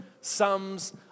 sums